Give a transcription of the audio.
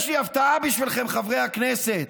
יש לי הפתעה בשבילכם, חברי הכנסת: